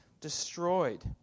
destroyed